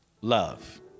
love